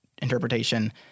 Interpretation